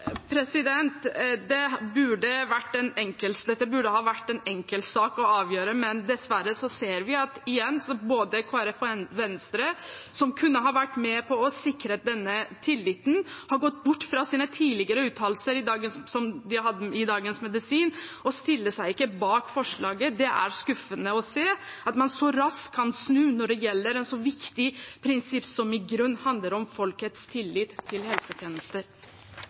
burde ha vært en enkel sak å avgjøre, men dessverre ser vi igjen at både Kristelig Folkeparti og Venstre, som kunne ha vært med på å sikre denne tilliten, har gått bort fra sine tidligere uttalelser – som de hadde i Dagens Medisin – og ikke stiller seg bak forslaget. Det er skuffende å se at man kan snu så raskt når det gjelder et så viktig prinsipp – som i grunnen handler om folkets tillit til helsetjenester.